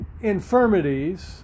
infirmities